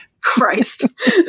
Christ